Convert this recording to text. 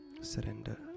surrender